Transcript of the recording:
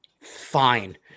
Fine